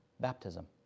baptism